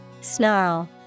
snarl